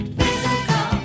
physical